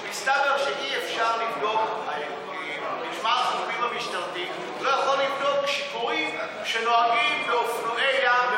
מסתבר שמשמר החופים המשטרתי לא יכול לבדוק שיכורים שנוהגים באופנועי ים,